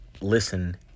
listen